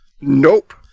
Nope